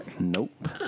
Nope